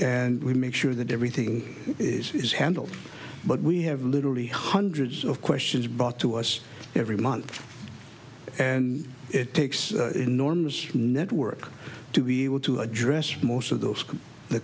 and we make sure that everything is handled but we have literally hundreds of questions brought to us every month and it takes enormous network to be able to address most of those the